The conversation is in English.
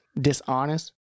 dishonest